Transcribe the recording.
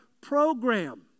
program